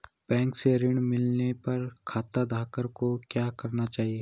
Bank से ऋण मिलने पर खाताधारक को क्या करना चाहिए?